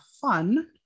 fun